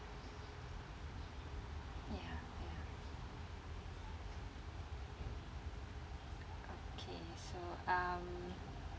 um